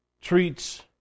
treats